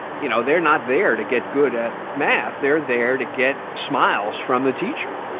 you know, they're not there to get good at math. they're there to get smiles from the teacher.